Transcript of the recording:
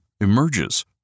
emerges